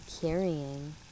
carrying